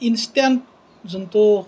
instant যোনটো